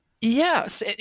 Yes